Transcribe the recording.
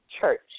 church